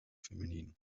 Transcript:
femenino